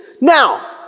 Now